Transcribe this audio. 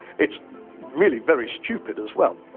it's really very stupid, as well.